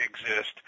exist